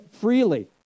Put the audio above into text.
freely